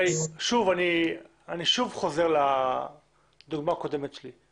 אני שוב חוזר לדוגמה הקודמת שלי.